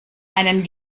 einen